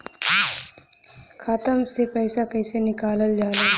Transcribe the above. खाता से पैसा कइसे निकालल जाला?